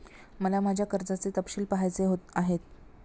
मला माझ्या कर्जाचे तपशील पहायचे आहेत